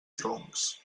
troncs